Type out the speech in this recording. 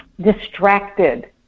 distracted